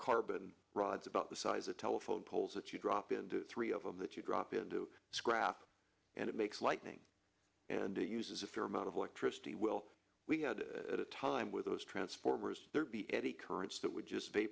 carbon rods about the size of telephone poles that you drop into three of them that you drop into scrap and it makes lightning and it uses a fair amount of electricity will we had at a time with those transformers eddy currents that would just